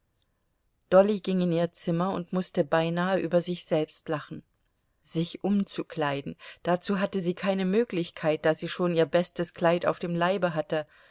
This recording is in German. dolly ging in ihr zimmer und mußte beinahe über sich selbst lachen sich umzukleiden dazu hatte sie keine möglichkeit da sie schon ihr bestes kleid auf dem leibe hatte